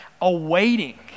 awaiting